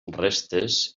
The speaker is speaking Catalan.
restes